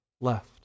left